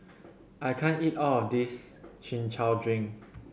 I can't eat all of this Chin Chow drink